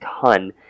ton